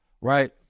right